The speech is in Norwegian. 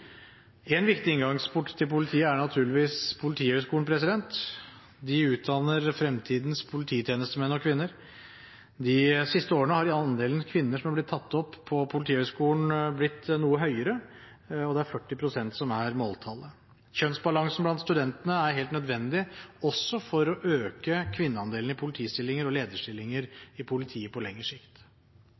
En viktig inngangsport til politiet er naturligvis Politihøgskolen. De utdanner fremtidens polititjenestemenn og –kvinner. De siste årene har andelen kvinner som har blitt tatt opp på Politihøgskolen, blitt noe høyere, og det er 40 pst. som er måltallet. Kjønnsbalansen blant studentene er helt nødvendig også for å øke kvinneandelen i politistillinger og lederstillinger i politiet på lengre sikt.